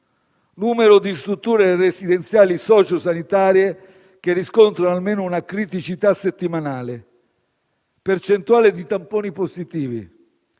numero di strutture residenziali socio-sanitarie che riscontrano almeno una criticità settimanale; percentuale di tamponi positivi;